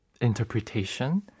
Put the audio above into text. interpretation